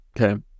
Okay